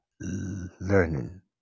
learning